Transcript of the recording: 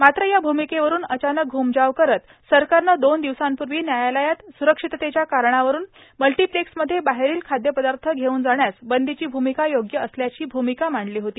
मात्र या भूमिकेवरून अचानक घुमजाव करत सरकारनं दोन दिवसांपूर्वी न्यायालयात सुरक्षिततेच्या कारणावरून मल्टीप्लेक्समध्ये बाहेरील खाद्यपदार्थ घेऊन जाण्यास बंदीची भूमिका योग्य असल्याची भूमिका मांडली होती